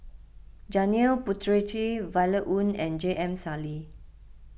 Janil Puthucheary Violet Oon and J M Sali